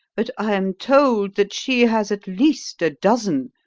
but i am told that she has at least a dozen,